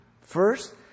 First